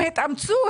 התאמצו,